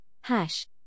hash